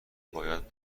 باید